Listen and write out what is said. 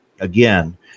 again